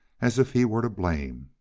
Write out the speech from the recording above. as if he were to blame,